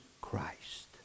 Christ